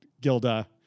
Gilda